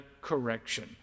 correction